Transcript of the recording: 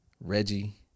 Reggie